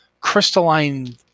crystalline